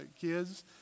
kids